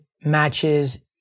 matches